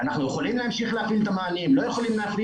האם הם יכולים להמשיך להפעיל או לא יכולים.